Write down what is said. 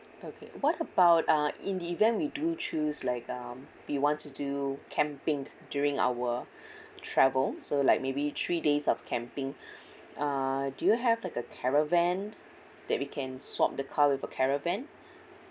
okay what about uh in the event we do choose like um we want to do camping during our travel so like maybe three days of camping uh do you have like a caravan that we can swap the car with a caravan